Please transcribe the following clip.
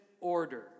order